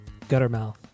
Guttermouth